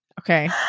Okay